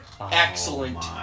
Excellent